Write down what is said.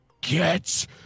get